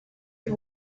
you